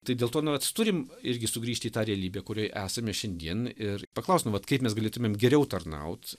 tai dėl to nu vat turim irgi sugrįžti į tą realybę kurioj esame šiandien ir paklaust nu vat kaip mes galėtumėm geriau tarnaut